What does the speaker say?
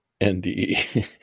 NDE